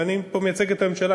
ואני פה מייצג את הממשלה,